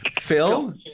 Phil